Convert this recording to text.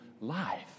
life